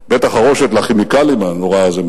את בית-החרושת לכימיקלים הנורא הזה,